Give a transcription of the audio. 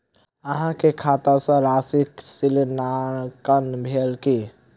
अहाँ के खाता सॅ राशि ऋणांकन भेल की?